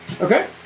Okay